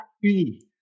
Unis